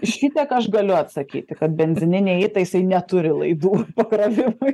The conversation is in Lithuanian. šitiek aš galiu atsakyti kad benzininiai įtaisai neturi laidų pakrovimui